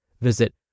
Visit